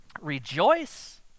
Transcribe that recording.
Rejoice